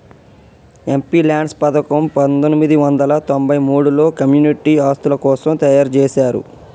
MPLADS పథకం పందొమ్మిది వందల తొంబై మూడులో కమ్యూనిటీ ఆస్తుల కోసం తయ్యారుజేశారు